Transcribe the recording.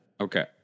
okay